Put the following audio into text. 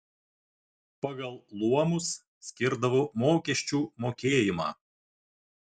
pagal luomus skirdavo mokesčių mokėjimą